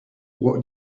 what